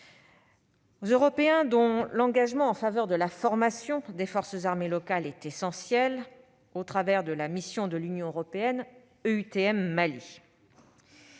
aux Européens, dont l'engagement en faveur de la formation des forces armées locales est essentiel au travers de la mission de l'Union européenne EUTM Mali.